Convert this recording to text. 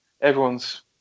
everyone's